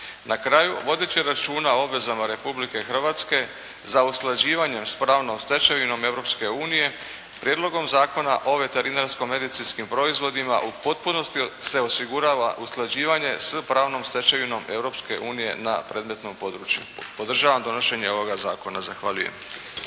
Na kraju, vodeći računa o obvezama Republike Hrvatske za usklađivanjem s pravnom stečevinom Europske unije Prijedlogom zakona o veterinarsko-medicinskim proizvodima u potpunosti se osigurava usklađivanje s pravnom stečevinom Europske unije na predmetnom području. Podržavam donošenje ovoga zakona. Zahvaljujem.